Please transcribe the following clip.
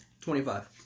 Twenty-five